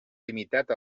limitat